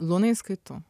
lunai skaitau